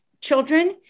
children